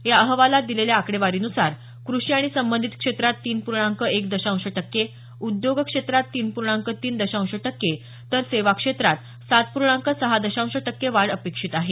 या अहवालात दिलेल्या आकडेवारीन्सार क्रषी आणि संबंधित क्षेत्रात तीन पूर्णांक एक दशांश टक्के उद्योग क्षेत्रात तीन पूर्णांक तीन दशांश टक्के तर सेवा क्षेत्रात सात पूर्णांक सहा दशांश टक्के वाढ अपेक्षित आहे